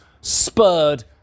spurred